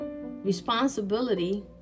responsibility